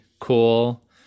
cool